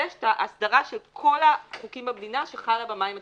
יש את ההסדרה של כל החוקים במדינה שחלה במים הטריטוריאליים.